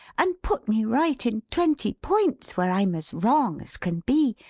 and put me right in twenty points where i'm as wrong as can be.